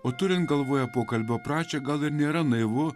o turint galvoje pokalbio pradžią gal ir nėra naivu